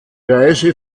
reise